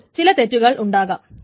അപ്പോൾ ചില തെറ്റുകൾ ഉണ്ടാകാം